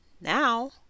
now